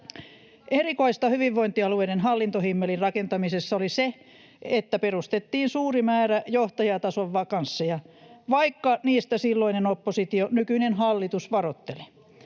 Erikoista hyvinvointialueiden hallintohimmelin rakentamisessa oli se, että perustettiin suuri määrä johtajatason vakansseja, vaikka niistä silloinen oppositio, nykyinen hallitus, varoitteli.